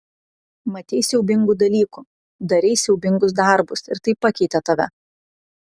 matei siaubingų dalykų darei siaubingus darbus ir tai pakeitė tave